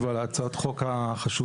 עם המועצה לארץ ישראל יפה,